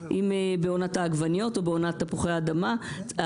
אם בעונת העגבניות או בעונת תפוחי האדמה.